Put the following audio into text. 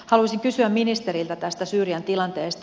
haluaisin kysyä ministeriltä tästä syyrian tilanteesta